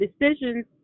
decisions